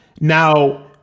now